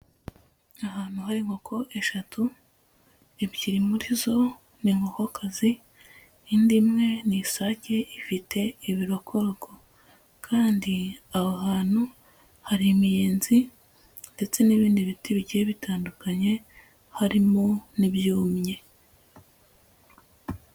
Ahantu hari inkoko eshatu, ebyiri muri zo ni inkokokazi, indi imwe ni isake ifite ibirokoko. Kandi aho hantu hari imiyenzi ndetse n'ibindi biti bigiye bitandukanye harimo n'ibyumye.